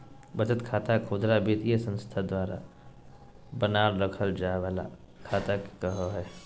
बचत खाता खुदरा वित्तीय संस्था द्वारा बनाल रखय जाय वला खाता के कहो हइ